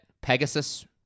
Pegasus